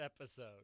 episode